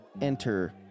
enter